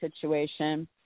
situation